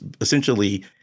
essentially